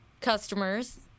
customers